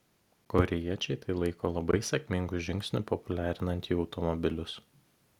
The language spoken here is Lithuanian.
korėjiečiai tai laiko labai sėkmingu žingsniu populiarinant jų automobilius